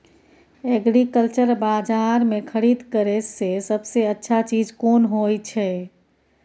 Agriculture बाजार में खरीद करे से सबसे अच्छा चीज कोन होय छै?